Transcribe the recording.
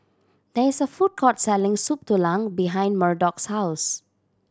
there is a food court selling Soup Tulang behind Murdock's house